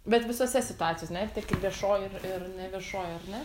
bet visose situacijos ne kaip viešojoj ir neviešoj ar ne